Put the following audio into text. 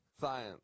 science